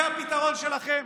זה הפתרון שלכם.